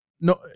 no